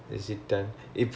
oh my god